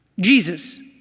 Jesus